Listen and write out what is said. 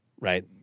Right